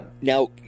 Now